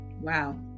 Wow